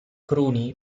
cruni